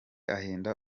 ahinda